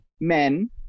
men